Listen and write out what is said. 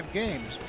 games